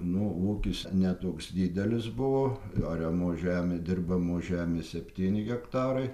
nu ūkis ne toks didelis buvo ariamos žemių dirbamų žemės septyni hektarai